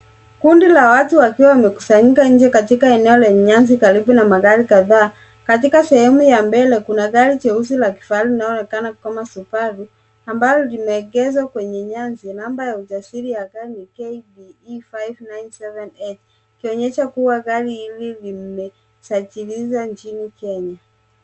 Kundi la watu wakiwa wamekusanyika nje katika eneo lenye nyasi karibu na magari kadhaa. Katika sehemu ya mbele kuna gari jeusi la kifahari linaloonekana kama Subaru ambalo limeegeshwa kwenye nyasi. Namba ya usajili ya gari ni KDE 597 A ,ikionyesha kuwa gari hili limesajiliwa nchini Kenya.